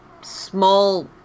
small